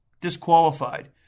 disqualified